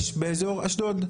יש באזור אשדוד.